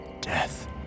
Death